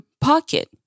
pocket